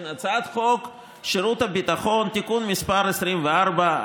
הצעת חוק שירות ביטחון (תיקון מס' 24),